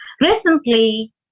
Recently